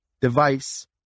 device